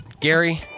Gary